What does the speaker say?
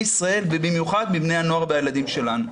ישראל ובמיוחד מבני הנוער והילדים שלנו.